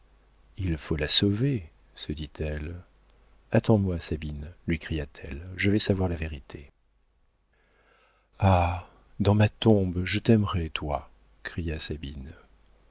il faut la sauver se dit-elle attends-moi sabine lui cria-t-elle je vais savoir la vérité ah dans ma tombe je t'aimerai toi cria sabine